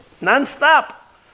Non-stop